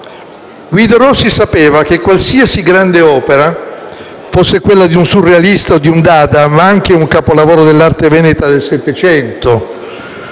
Guido Rossi sapeva che qualsiasi grande opera, fosse quella di un surrealista o di un dada, ma anche un capolavoro dell'arte veneta del Settecento,